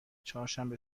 چهارشنبه